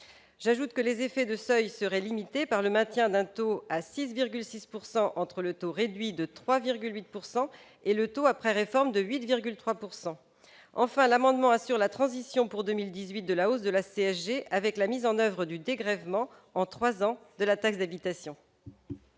J'ajoute que les effets de seuil seraient limités, par le maintien d'un taux à 6,6 % situé entre le taux réduit de 3,8 % et le taux après réforme de 8,3 %. Enfin, le dispositif prévu assure la transition pour 2018 de la hausse de la CSG avec la mise en oeuvre du dégrèvement en trois ans de la taxe d'habitation.